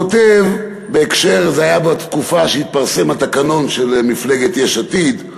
זה היה בתקופה שהתפרסם התקנון של מפלגת יש עתיד.